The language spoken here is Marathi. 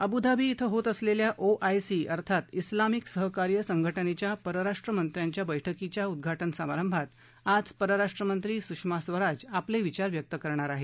अबू धाबी क्रि होत असलेल्या ओ आय सी अर्थात उलामिक सहकार्य संघटनेच्या परराष्ट्रमंत्र्यांच्या बैठकीच्या उद्घाटन समारंभात आज परराष्ट्रमंत्री सुषमा स्वराज आपले विचार व्यक्त करणार आहेत